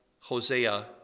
Hosea